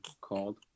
called